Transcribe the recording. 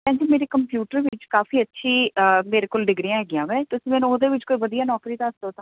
ਹਾਂਜੀ ਮੇਰੇ ਕੰਪਿਊਟਰ ਵਿੱਚ ਕਾਫ਼ੀ ਅੱਛੀ ਮੇਰੇ ਕੋਲ ਡਿਗਰੀਆਂ ਹੈਗੀਆਂ ਹੈ ਤੁਸੀਂ ਮੈਨੂੰ ਉਹਦੇ ਵਿੱਚ ਕੋਈ ਵਧੀਆ ਨੌਕਰੀ ਦੱਸ ਦਿਓ ਤਾਂ